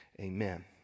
amen